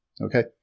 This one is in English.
Okay